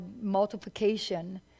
multiplication